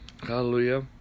Hallelujah